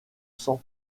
sang